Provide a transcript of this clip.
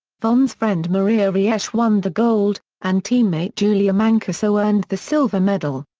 vonn's friend maria riesch won the gold, and teammate julia mancuso earned the silver medal.